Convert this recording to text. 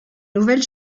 nouvelle